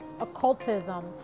occultism